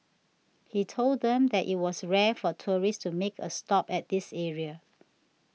he told them that it was rare for tourists to make a stop at this area